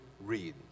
read